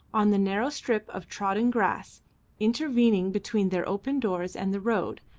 on the narrow strip of trodden grass intervening between their open doors and the road,